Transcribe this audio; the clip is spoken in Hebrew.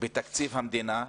בתקציב המדינה,